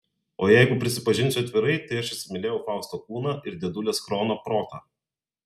o jeigu prisipažinsiu atvirai tai aš įsimylėjau fausto kūną ir dėdulės krono protą